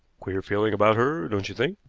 queer feeling about her, don't you think?